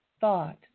thought